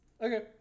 Okay